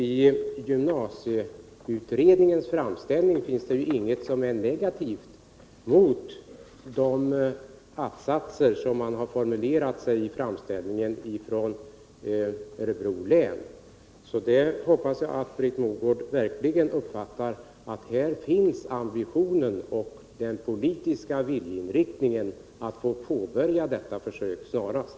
I gymnasiesutredningens framställning finns ju ingenting negativt mot de att-satser som formulerats i framställningen från Örebro län. Jag hoppas därför att Britt Mogård verkligen uppfattar att här finns både ambitionen och den politiska viljeinriktningen att påbörja detta försök snarast.